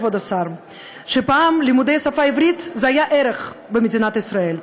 כבוד השר: פעם לימודי השפה העברית היו ערך במדינת ישראל,